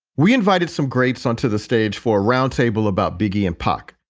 we invited some greats onto the stage for a roundtable about biggie and pac.